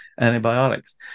antibiotics